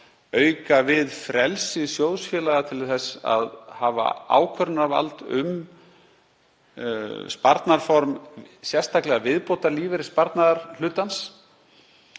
auka við frelsi sjóðfélaga til þess að hafa ákvörðunarvald um sparnaðarform, sérstaklega viðbótarlífeyrissparnaðarhlutans.